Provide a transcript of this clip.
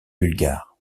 bulgares